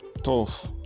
Tough